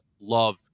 love